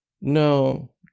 No